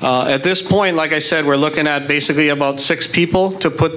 at this point like i said we're looking at basically about six people to put